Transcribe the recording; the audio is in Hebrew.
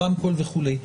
הרמקול וכולי.